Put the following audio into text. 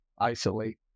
isolate